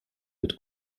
mit